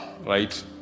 right